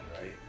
right